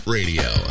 Radio